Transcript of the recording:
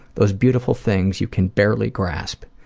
those beautiful things you can barely grasp.